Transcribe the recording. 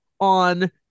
on